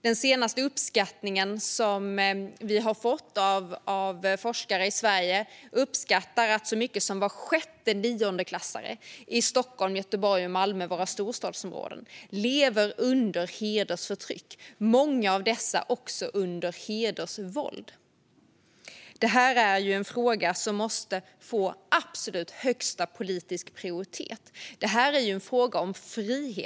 Den senaste uppskattningen, som vi har fått av forskare i Sverige, är att så många som var sjätte niondeklassare i Stockholm, Göteborg och Malmö, våra storstadsområden, lever under hedersförtryck. Många av dessa lever också under hedersvåld. Detta är en fråga som måste få absolut högsta politiska prioritet. Det är en fråga om frihet.